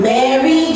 Mary